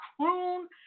croon